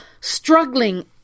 struggling